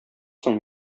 соң